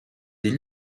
des